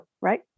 right